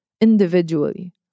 individually